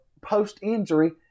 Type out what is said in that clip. post-injury